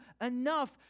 enough